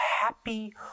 happy